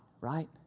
right